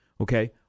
Okay